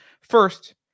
First